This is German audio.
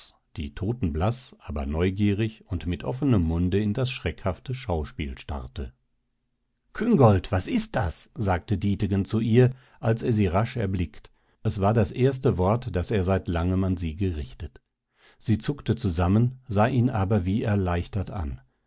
die totenblaß aber neugierig und mit offenem munde in das schreckhafte schauspiel starrte küngolt was ist das sagte dietegen zu ihr als er sie rasch erblickt es war das erste wort das er seit langem an sie gerichtet sie zuckte zusammen sah ihn aber wie erleichtert an